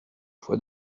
fois